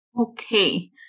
Okay